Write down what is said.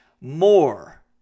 more